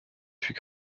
fut